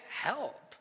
help